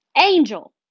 Angel